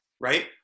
right